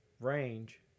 range